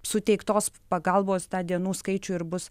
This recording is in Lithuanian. suteiktos pagalbos tą dienų skaičių ir bus